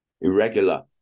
irregular